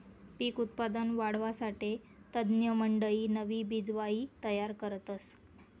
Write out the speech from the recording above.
पिक उत्पादन वाढावासाठे तज्ञमंडयी नवी बिजवाई तयार करतस